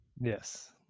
Yes